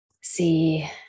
See